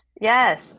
Yes